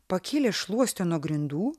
pakėlė šluostę nuo grindų